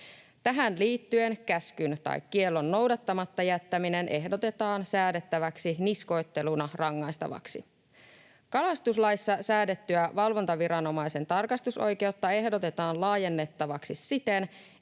Tähän liittyen käskyn tai kiellon noudattamatta jättäminen ehdotetaan säädettäväksi niskoitteluna rangaistavaksi. Kalastuslaissa säädettyä valvontaviranomaisen tarkastusoikeutta ehdotetaan laajennettavaksi siten,